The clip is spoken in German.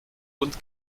und